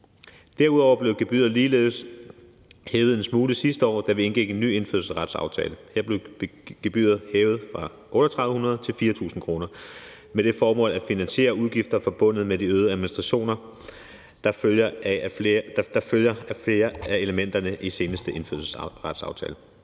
Derudover blev gebyret ligeledes hævet en smule sidste år, da vi indgik en ny indfødsretsaftale. Her blev gebyret hævet fra 3.800 kr. til 4.000 kr. med det formål at finansiere udgifter forbundet med de øgede administrationer, der følger af flere af elementerne i den seneste indfødsretsaftale.